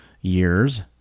years